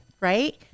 right